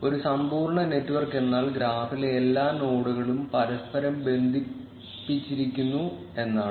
ഒരു സമ്പൂർണ്ണ നെറ്റ്വർക്ക് എന്നാൽ ഗ്രാഫിലെ എല്ലാ നോഡുകളും പരസ്പരം ബന്ധിപ്പിച്ചിരിക്കുന്നു എന്നാണ്